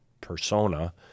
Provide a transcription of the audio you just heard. persona